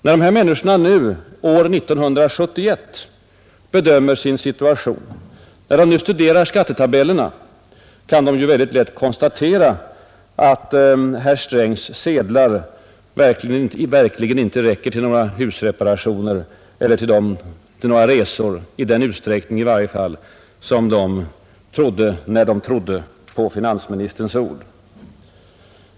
När dessa människor nu, år 1971, bedömer sin situation och studerar skattetabellerna, kan de mycket lätt konstatera att herr Strängs sedlar verkligen inte räcker till några husreparationer eller några resor — i varje fall inte i den utsträckning som de trodde när de litade på finansministerns ord.